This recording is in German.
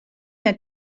der